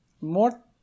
more